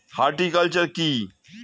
Horticulture কি?